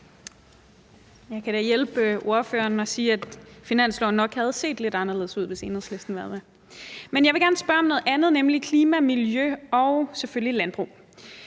Jeg kan da hjælpe hr. Troels Lund Poulsen og sige, at finansloven nok havde set lidt anderledes ud, hvis Enhedslisten havde været med. Men jeg vil gerne spørge om noget andet, nemlig om klima, miljø og selvfølgelig landbrug.